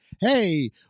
hey